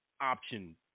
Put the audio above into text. option